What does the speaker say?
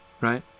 Right